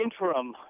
interim